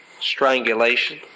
strangulation